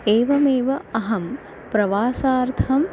एवमेव अहं प्रवासार्थं